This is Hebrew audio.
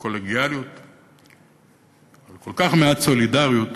קולגיאליות, על כל כך מעט סולידריות,